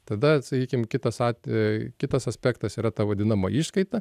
tada sakykim kitas at i kitas aspektas yra ta vadinama išskaita